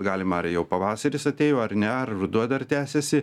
galima ar jau pavasaris atėjo ar ne ar ruduo dar tęsiasi